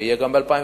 ויהיה גם ב-2011,